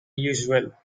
usual